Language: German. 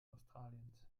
australiens